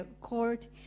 court